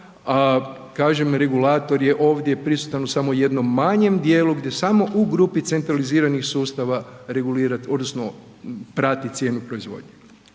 a kažem regulator je ovdje prisutan u samo jednom manjem dijelu gdje samo u grupi centraliziranih sustava regulira odnosno prati cijenu proizvodnje.